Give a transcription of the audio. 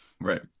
Right